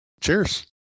Cheers